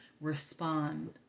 respond